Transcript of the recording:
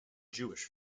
jewish